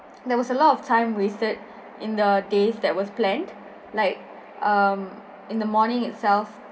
there was a lot of time wasted in the days that was planned like um in the morning itself